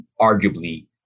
arguably